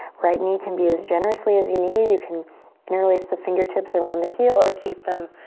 right knee can be as generously as you need. you can interlace the fingertips around the heel or keep them